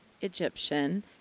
Egyptian